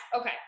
Okay